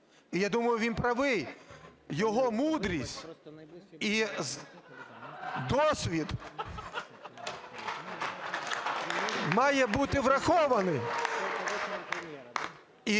І я думаю, він правий, його мудрість і досвід має бути врахований.